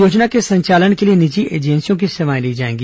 योजना के संचालन के लिए निजी एजेंसियों की सेवाएं ली जाएगी